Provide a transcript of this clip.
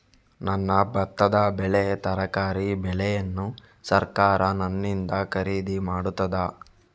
ನನ್ನ ಭತ್ತದ ಬೆಳೆ, ತರಕಾರಿ ಬೆಳೆಯನ್ನು ಸರಕಾರ ನನ್ನಿಂದ ಖರೀದಿ ಮಾಡುತ್ತದಾ?